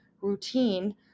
routine